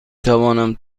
توانم